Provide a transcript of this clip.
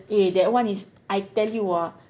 eh that one is I tell you ah